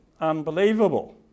unbelievable